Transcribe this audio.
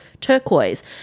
turquoise